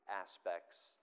aspects